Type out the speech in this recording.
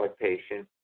patient